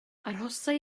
arhosai